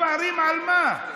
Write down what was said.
מתפארים על מה,